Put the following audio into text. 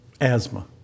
asthma